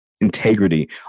integrity